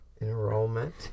Enrollment